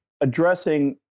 addressing